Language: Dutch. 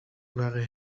waren